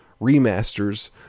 remasters